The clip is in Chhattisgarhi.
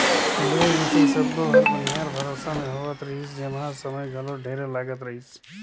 लुवई मिंसई सब्बो हर बनिहार भरोसा मे होवत रिहिस जेम्हा समय घलो ढेरे लागत रहीस